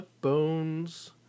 Bones